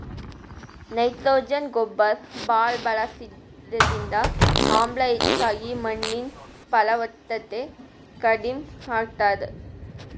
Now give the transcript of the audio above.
nitrogen ಗೊಬ್ಬರ್ ಭಾಳ್ ಬಳಸದ್ರಿಂದ ಆಮ್ಲ ಹೆಚ್ಚಾಗಿ ಮಣ್ಣಿನ್ ಫಲವತ್ತತೆ ಕಡಿಮ್ ಆತದ್